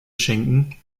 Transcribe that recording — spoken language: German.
schenken